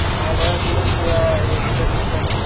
ভাল হয় বোলে পূৰা ৰেপুটেড কোম্পানী